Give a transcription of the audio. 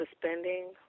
suspending